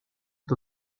the